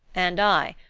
and i,